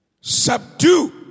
Subdue